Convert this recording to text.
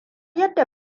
yadda